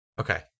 Okay